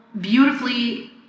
beautifully